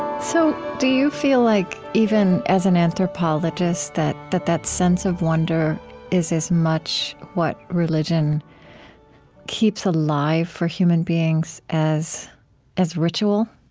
so do you feel like, even as an anthropologist, that that that sense of wonder is as much what religion keeps alive for human beings as as ritual?